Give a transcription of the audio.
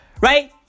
Right